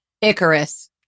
Icarus